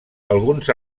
alguns